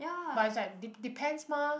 but it's like de~ depends mah